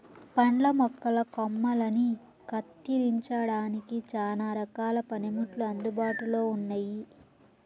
పండ్ల మొక్కల కొమ్మలని కత్తిరించడానికి చానా రకాల పనిముట్లు అందుబాటులో ఉన్నయి